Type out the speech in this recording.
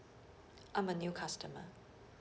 I'm a new customer